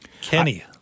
Kenny